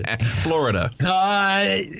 Florida